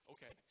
Okay